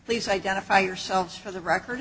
please identify yourself for the record